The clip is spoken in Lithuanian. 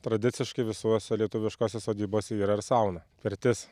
tradiciškai visose lietuviškose sodybose yra ir sauna pirtis